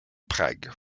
prague